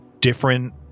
different